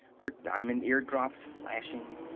her diamond eardrops flashing,